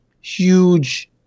huge